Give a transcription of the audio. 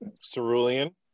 Cerulean